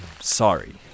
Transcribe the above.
sorry